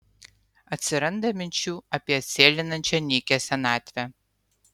atsiranda minčių apie atsėlinančią nykią senatvę